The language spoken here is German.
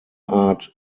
art